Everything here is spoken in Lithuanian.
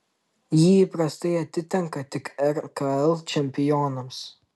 ji įprastai atitenka tik rkl čempionams